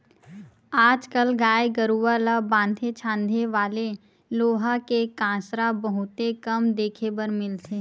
आज कल गाय गरूवा ल बांधे छांदे वाले लोहा के कांसरा बहुते कम देखे बर मिलथे